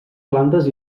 plantes